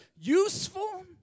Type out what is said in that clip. useful